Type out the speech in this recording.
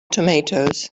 tomatoes